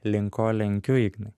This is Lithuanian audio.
link ko lenkiu ignai